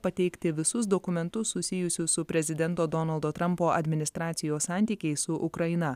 pateikti visus dokumentus susijusius su prezidento donaldo trampo administracijos santykiais su ukraina